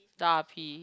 R_P